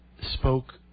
Spoke